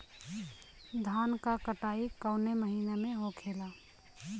धान क कटाई कवने महीना में होखेला?